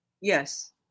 Yes